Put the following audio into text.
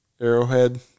arrowhead